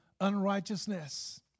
unrighteousness